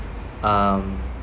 um